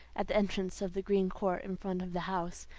at the entrance of the green court in front of the house,